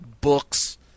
books